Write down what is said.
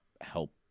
help